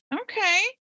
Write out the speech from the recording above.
Okay